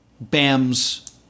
Bam's